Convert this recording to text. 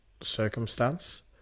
circumstance